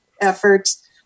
efforts